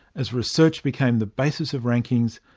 as research became the basis of rankings,